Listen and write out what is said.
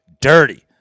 DIRTY